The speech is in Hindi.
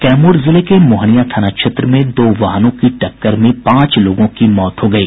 कैमूर जिले में मोहनिया थाना क्षेत्र में दो वाहनों की टक्कर में पांच लोगों की मौत हो गयी